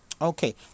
Okay